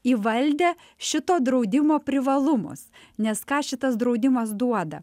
įvaldę šito draudimo privalumus nes ką šitas draudimas duoda